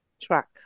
truck